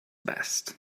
best